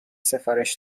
سفارش